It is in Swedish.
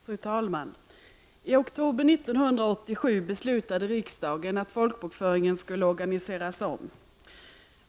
Fru talman! I oktober 1987 beslutade riksdagen att folkbokföringen skulle organiseras om.